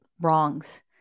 wrongs